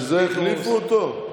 בשביל זה החליפו אותו?